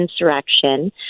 insurrection